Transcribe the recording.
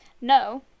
No